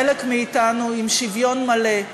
חלק מאתנו עם שוויון מלא,